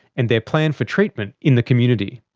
and their plan for treatment in the community.